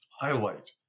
highlight